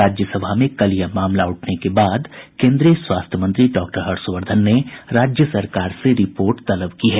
राज्यसभा में कल यह मामला उठने के बाद केन्द्रीय स्वास्थ्य मंत्री डॉक्टर हर्षवर्द्वन ने राज्य सरकार से रिपोर्ट तलब की है